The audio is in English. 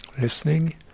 listening